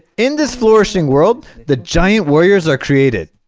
in this flourishing world the giant warriors are created